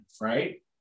right